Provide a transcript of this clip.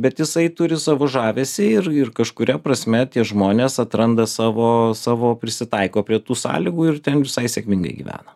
bet jisai turi savo žavesį ir ir kažkuria prasme tie žmonės atranda savo savo prisitaiko prie tų sąlygų ir ten visai sėkmingai gyvena